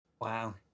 Wow